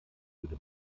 würde